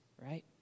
right